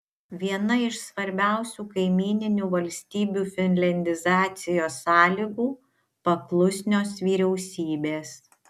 viena iš svarbiausių kaimyninių valstybių finliandizacijos sąlygų paklusnios vyriausybės